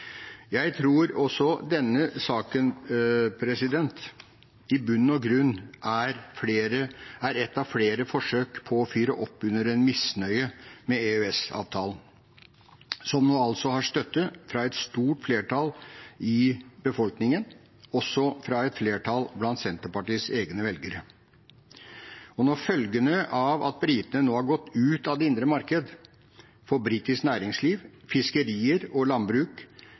Jeg tror også denne saken i bunn og grunn er et av flere forsøk på å fyre opp under en misnøye med EØS-avtalen, som nå har støtte fra et stort flertall i befolkningen, også fra et flertall blant Senterpartiets egne velgere. Og når følgene av at britene nå har gått ut av det indre marked – for britisk næringsliv, fiskerier og landbruk